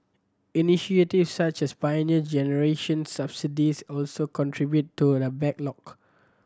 initiatives such as the Pioneer Generation subsidies also contributed to the back lock